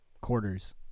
quarters